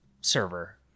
server